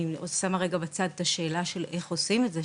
אני שמחה רגע בצד את השאלה של איך עושים את זה,